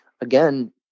again